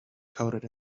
coded